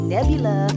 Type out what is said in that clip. Nebula